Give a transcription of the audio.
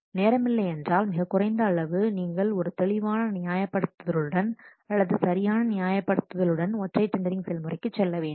நேரமில்லை என்றால் மிகக் குறைந்த அளவு நீங்கள் ஒரு தெளிவான நியாயப்படுத்தலுடன் அல்லது சரியான நியாயப்படுத்தலுடன் ஒற்றை டெண்டரிங் செயல்முறைக்கு செல்ல வேண்டும்